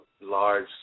large